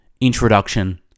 Introduction